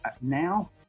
now